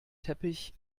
teppich